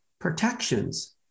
protections